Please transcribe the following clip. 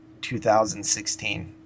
2016